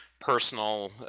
personal